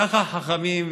ככה חכמים.